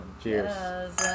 cheers